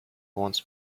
wants